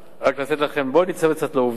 רק לתת לכם, בואו ניצמד קצת לעובדות.